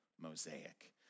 mosaic